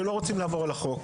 שלא רוצים לעבור על החוק,